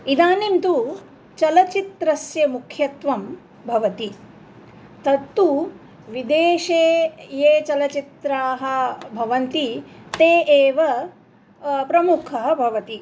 इदानीं तु चलचित्रस्य मुख्यत्वं भवति तत्तु विदेशे ये चलचित्राः भवन्ति ते एव प्रमुखाः भवन्ति